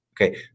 Okay